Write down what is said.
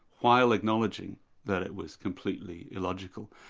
while acknowledging that it was completely illogical.